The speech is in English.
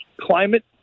climate